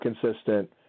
consistent